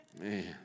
Man